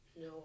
No